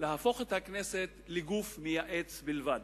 להפוך את הכנסת לגוף מייעץ בלבד.